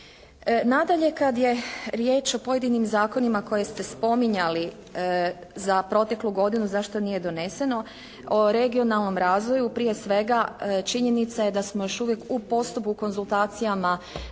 Nadalje kada je riječ o pojedinim zakonima koje ste spominjali za proteklu godinu zašto nije doneseno o regionalnom razvoju. Prije svega činjenica je da smo još uvijek u postupku konzultacijama